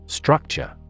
Structure